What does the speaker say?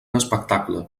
espectacle